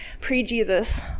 pre-Jesus